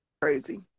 crazy